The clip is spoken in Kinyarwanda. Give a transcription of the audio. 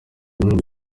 mwumva